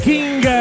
King